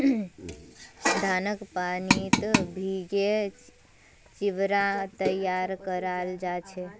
धानक पानीत भिगे चिवड़ा तैयार कराल जा छे